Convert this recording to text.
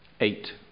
eight